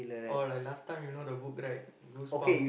oh like last time you know the book right goosebump